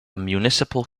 municipal